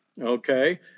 Okay